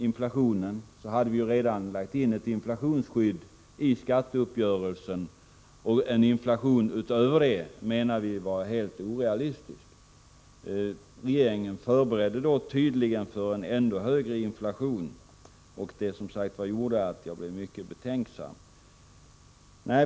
Vi hade redan lagt in ett inflationsskydd i skatteuppgörelsen, och en inflation utöver detta ansåg vi vara helt orealistisk. Regeringen förberedde sig emellertid tydligen för en ännu högre inflation, vilket som sagt gjorde mig mycket betänksam.